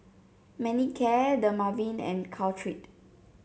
Manicare Dermaveen and Caltrate